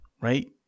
Right